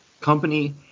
company